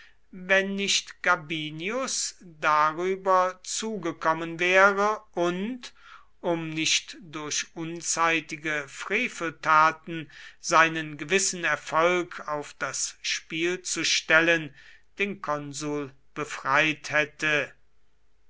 wenn nicht gabinius darüber zugekommen wäre und um nicht durch unzeitige freveltaten seinen gewissen erfolg auf das spiel zu stellen den konsul befreit hätte